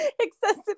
Excessive